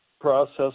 process